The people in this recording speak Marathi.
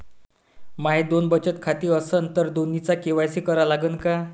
माये दोन बचत खाते असन तर दोन्हीचा के.वाय.सी करा लागन का?